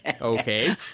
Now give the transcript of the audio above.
Okay